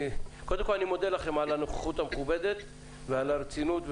קודם כל אני מודה לכם על הנוכחות המכובדת ועל הרצינות,